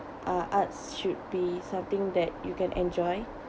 uh arts should be something that you can enjoy